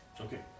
Okay